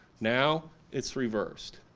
now, it's reversed.